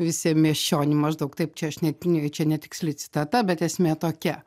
visiem miesčionim maždaug taip čia aš net ne čia netiksli citata bet esmė tokia